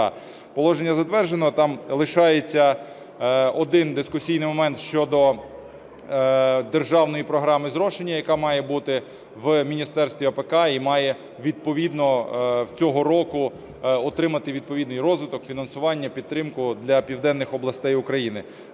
Положення затверджено, там лишається один дискусійний момент щодо державної програми зрошення, яка має бути в Міністерстві АПК, і має відповідно цього року отримати відповідний розвиток, фінансування, підтримку для південних областей України.